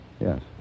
Yes